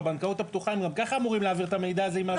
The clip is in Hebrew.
בבנקאות הפתוחה הם ככה אמורים להעביר את המידע הזה.